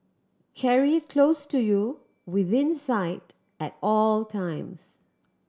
carry it close to you within sight at all times